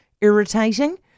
irritating